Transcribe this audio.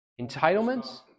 entitlements